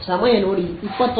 ಸಮಯ ನೋಡಿ 2138